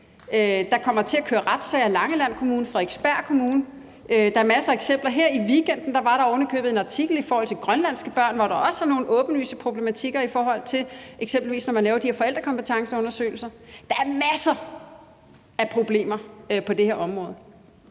Der kommer til at køre retssager i Langeland Kommune og Frederiksberg Kommune, og der er masser af andre eksempler. Her i weekenden var der ovenikøbet en artikel om grønlandske børn, som der også er nogle åbenlyse problematikker om, eksempelvis når man laver de her forældrekompetenceundersøgelser. Der er masser af problemer på det her område,